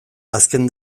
azken